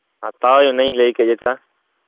ᱦᱟᱛᱟᱣ ᱟᱹᱧ ᱚᱱᱮᱧ ᱞᱟᱹᱭ ᱠᱮᱫ ᱡᱮᱴᱟ